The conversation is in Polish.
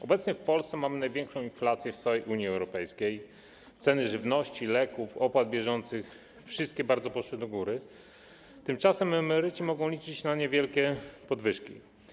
Obecnie w Polsce mamy największą inflację w całej Unii Europejskiej: ceny żywności, leków, opłaty bieżące - wszystko bardzo poszło do góry, tymczasem emeryci mogą liczyć na niewielkie podwyżki.